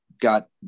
Got